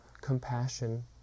compassion